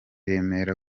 remera